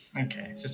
Okay